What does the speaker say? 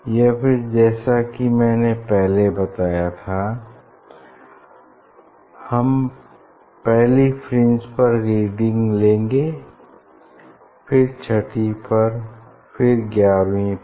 या फिर जैसा कि मैंने पहले बताया था हम पहली फ्रिंज पर रीडिंग लेंगे फिर छठी पर फिर ग्यारहवीं पर